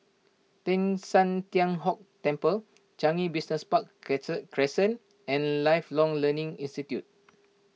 Teng San Tian Hock Temple Changi Business Park Crescent and Lifelong Learning Institute